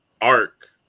arc